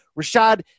Rashad